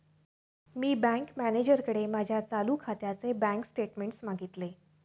मी bank मॅनेजरकडे माझ्या चालू खात्याचे बँक स्टेटमेंट्स मागितले